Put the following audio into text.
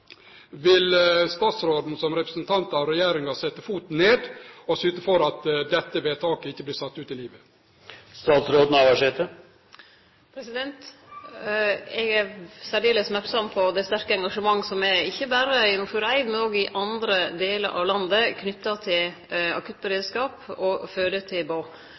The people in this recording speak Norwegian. Vil statsråden som representant for regjeringa setje foten ned og syte for at dette vedtaket ikkje vert sett ut i livet? Eg er særleg merksam på det sterke engasjementet som er, ikkje berre i Nordfjordeid, men òg i andre delar av landet, knytt til akuttberedskap og